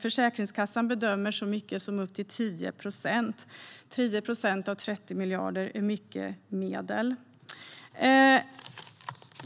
Försäkringskassan bedömer att det handlar om så mycket som upp till 10 procent, och 10 procent av 30 miljarder är mycket medel.